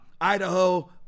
Idaho